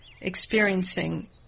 experiencing